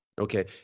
okay